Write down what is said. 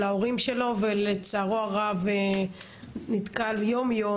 ההורים שלו ולצערו הרב נתקל יום יום,